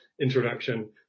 introduction